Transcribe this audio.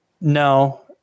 No